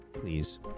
please